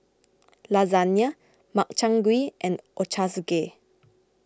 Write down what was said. Lasagne Makchang Gui and Ochazuke